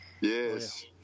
yes